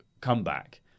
Comeback